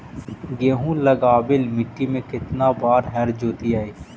गेहूं लगावेल मट्टी में केतना बार हर जोतिइयै?